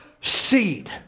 seed